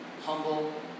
humble